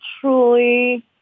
truly